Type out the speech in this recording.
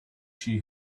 she